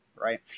right